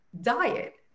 diet